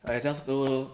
I just go